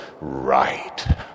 Right